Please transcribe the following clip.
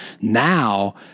Now